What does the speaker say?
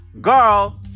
girl